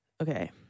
Okay